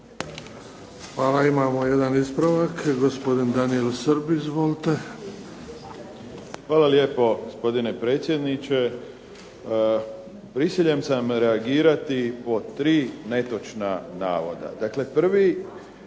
Hvala. Imamo jedan ispravak, gospodin Daniel Srb. Izvolite. **Srb, Daniel (HSP)** Hvala lijepo gospodine predsjedniče. Prisiljen sam reagirati po tri netočna navoda. Dakle, prvi